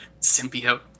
symbiote